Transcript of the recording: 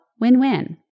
win-win